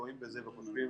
שטועים בזה וחושבים